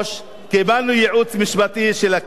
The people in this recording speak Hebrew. קיבלנו ייעוץ משפטי של הכנסת,